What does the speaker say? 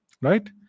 Right